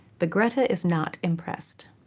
but greta is not impressed.